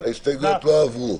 לא הבנתי.